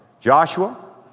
Joshua